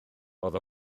oedd